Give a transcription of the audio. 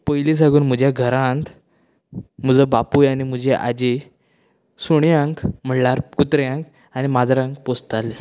पयलीं साकून म्हज्या घरांत म्हजो बापूय आनी म्हजी आजी सुण्यांक म्हळ्यार कुत्र्यांक आनी माजरांक पोसताली